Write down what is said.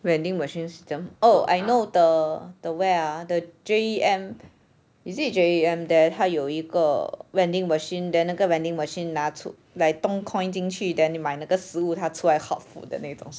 vending machines 是怎样 oh I know the the where ah the J_E_M is it J_E_M there 它有一个 vending machine then 那个 vending machine 拿出来东 coin 进去 then 你买哪个食物它出来 hot food 的那一种